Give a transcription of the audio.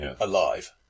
alive